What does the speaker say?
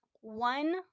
one